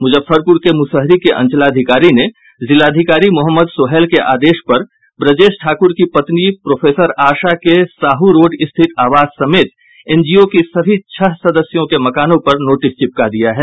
मुजफ्फरपुर के मुसहरी के अंचलाधिकारी ने जिलाधिकारी मोहम्मद सोहैल के आदेश पर ब्रजेश ठाकुर की पत्नी प्रोफेसर आशा के साहू रोड स्थित आवास समेत एनजीओ के सभी छह सदस्यों के मकानों पर नोटिस चिपका दिया है